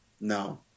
No